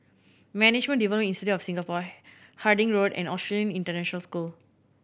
Management Development Institute of Singapore Harding Road and Australian International School